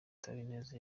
habineza